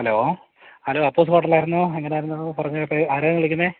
hello hello Appus hotel ആയിരുന്നു എന്നതായിരുന്നു പറഞ്ഞാട്ടെ ആരാണ് വിളിക്കുന്നത്